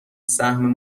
سهم